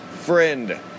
friend